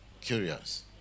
curious